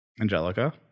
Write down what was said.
Angelica